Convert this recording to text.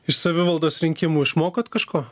iš savivaldos rinkimų išmokot kažko